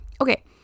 Okay